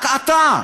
רק אתה,